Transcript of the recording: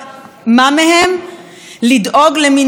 לדאוג למינוי של שומר סף הגון,